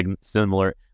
similar